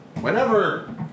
whenever